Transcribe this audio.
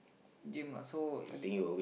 game lah so it